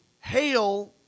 hail